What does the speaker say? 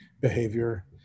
behavior